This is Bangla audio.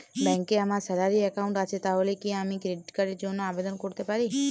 ব্যাংকে আমার স্যালারি অ্যাকাউন্ট আছে তাহলে কি আমি ক্রেডিট কার্ড র জন্য আবেদন করতে পারি?